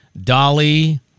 Dolly